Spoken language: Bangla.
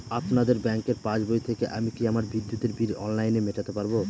আপনাদের ব্যঙ্কের পাসবই থেকে আমি কি আমার বিদ্যুতের বিল অনলাইনে মেটাতে পারবো?